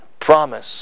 promise